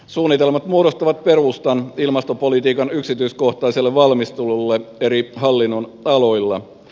suunnitelmat muodostavat perustan ilmastopolitiikan yksityiskohtaiselle valmistelulle eri hallinnonaloilla